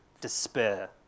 despair